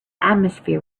atmosphere